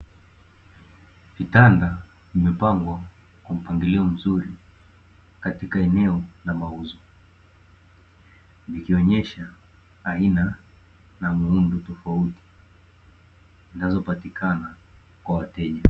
Vitanda vimepangwa kwa mpangilio mzuri katika eneo la mauzo. Vikionesha aina na muundo tofauti zinazopatikana kwa wateja.